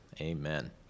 Amen